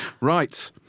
Right